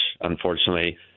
unfortunately